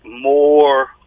more